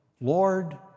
Lord